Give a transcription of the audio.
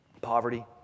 Poverty